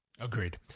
Agreed